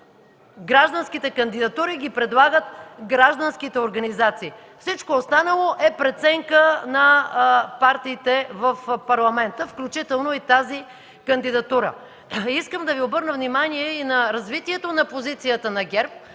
Гражданските кандидатури ги предлагат гражданските организации, всичко останало е въпрос на преценка на партиите в Парламента, включително и тази кандидатура. Искам обаче да Ви обърна внимание на развитието на позицията на ГЕРБ,